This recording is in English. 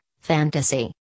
Fantasy